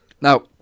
now